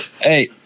hey